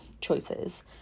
choices